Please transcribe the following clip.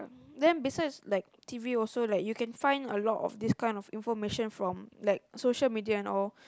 then besides like t_v also like you can find a lot of this kind of information from like social media and all